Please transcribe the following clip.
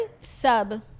Sub